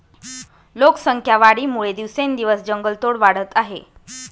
लोकसंख्या वाढीमुळे दिवसेंदिवस जंगलतोड वाढत आहे